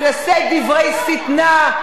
ולשאת דברי שטנה,